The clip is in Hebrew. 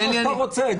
זה מה שאתה רוצה?